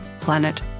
planet